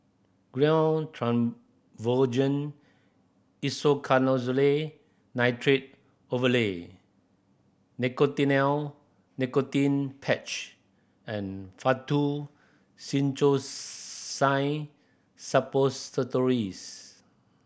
Gyno Travogen Isoconazole Nitrate Ovule Nicotinell Nicotine Patch and Faktu Cinchocaine Suppositories